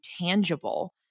tangible